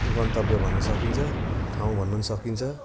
गन्तव्य भन्नु सकिन्छ ठाउँ भन्न पनि सकिन्छ